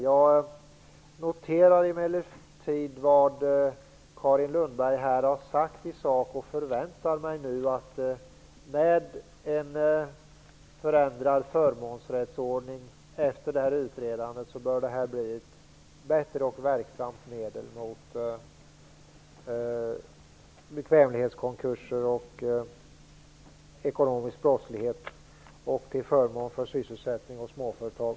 Jag noterar emellertid vad Carin Lundberg har sagt här i sak och förväntar mig nu att lagen, med en förändrad förmånsrättsordning efter det här utredandet, bör bli ett bättre och mer verksamt medel mot bekvämlighetskonkurser och ekonomisk brottslighet, till förmån för sysselsättning och småföretag.